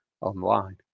online